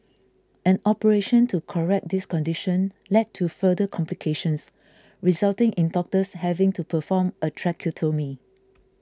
an operation to correct this condition led to further complications resulting in doctors having to perform a tracheotomy